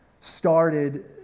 started